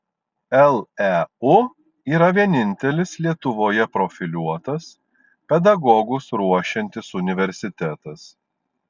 leu yra vienintelis lietuvoje profiliuotas pedagogus ruošiantis universitetas